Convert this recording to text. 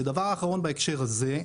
ודבר אחרון בהקשר הזה,